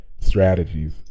strategies